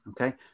okay